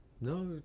No